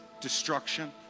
Destruction